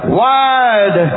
wide